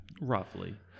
roughly